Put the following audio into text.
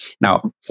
Now